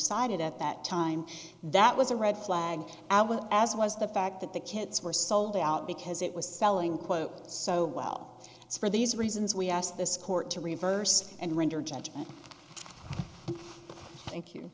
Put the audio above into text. that time that was a red flag out well as was the fact that the kids were sold out because it was selling quote so well for these reasons we asked this court to reverse and render judgment a